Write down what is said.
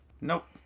Nope